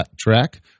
track